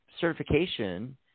certification